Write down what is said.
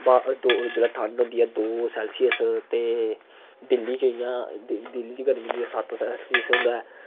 ठंड होंदी ऐ दो सेलसियस ते दिल्ली च जि'यां दिल्ली च गर्मियै सेलसियस होंदा ऐ